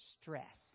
stress